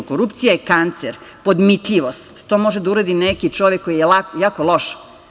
Korupcija je kancer, podmitljivost, to može da uradi neki čovek koji je jako loš.